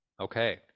Okay